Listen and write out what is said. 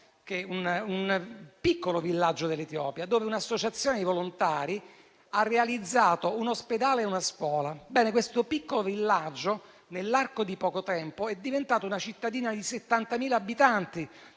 di un piccolo villaggio dell'Etiopia, dove un'associazione di volontari ha realizzato un ospedale e una scuola. Bene, quel piccolo villaggio, nell'arco di poco tempo, è diventato una cittadina di 70.000 abitanti,